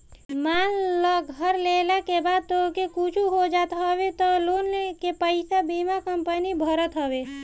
मान लअ घर लेहला के बाद तोहके कुछु हो जात हवे तअ लोन के पईसा बीमा कंपनी भरत हवे